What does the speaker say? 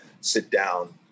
sit-down